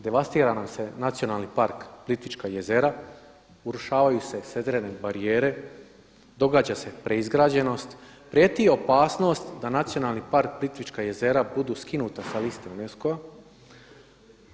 Devastira nam se nacionalni park Plitvička jezera, urušavaju se sedrene barijere, događa se preizgrađenost, prijeti opasnost da Nacionalni park Plitvička jezera budu skinuta sa liste UNESCO-a.